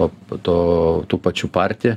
o po to tų pačių party